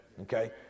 okay